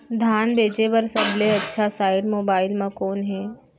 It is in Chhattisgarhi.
धान बेचे बर सबले अच्छा साइट मोबाइल म कोन हे?